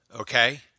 Okay